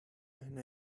and